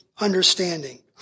understanding